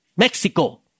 Mexico